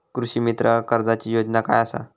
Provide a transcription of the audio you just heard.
कृषीमित्र कर्जाची योजना काय असा?